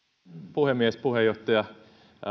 puhemies puheenjohtaja